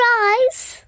eyes